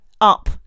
up